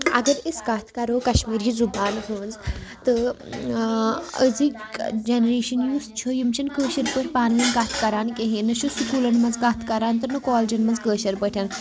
اَگر أسۍ کَتھ کَرو کَشمیٖری زُبان ہِنز تہٕ آزِکۍ جینریشن یُس چھُ یِم چھنہٕ کٲشِر پٲٹھۍ پانہٕ ؤنۍ کَتھ کران کِہینۍ نہٕ نہ چھُ سکوٗلن منٛز کَتھ کران تہٕ نہ کالیجن منٛز کٲشِر پٲٹھۍ